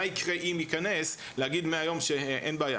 יקרה אם ייכנס להגיד מהיום שאין בעיה,